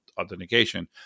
authentication